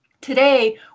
Today